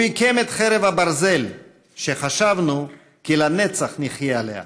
הוא עיקם את חרב הברזל שחשבנו כי לנצח נחיה עליה.